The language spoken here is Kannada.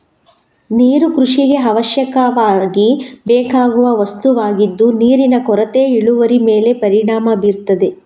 ನೀರು ಕೃಷಿಗೆ ಅವಶ್ಯಕವಾಗಿ ಬೇಕಾಗುವ ವಸ್ತುವಾಗಿದ್ದು ನೀರಿನ ಕೊರತೆ ಇಳುವರಿ ಮೇಲೆ ಪರಿಣಾಮ ಬೀರ್ತದೆ